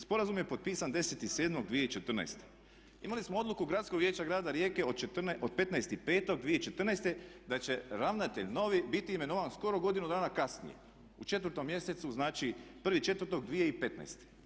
Sporazum je potpisani 10.7.2014. imali smo odluku Gradskog vijeća Grada Rijeke od 15.5.2014. da će ravnatelj novi biti imenovan skoro godinu dana kasnije u 4.mjesecu, 1.4.2015.